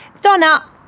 Donna